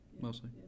mostly